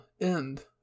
end